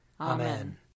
Amen